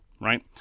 right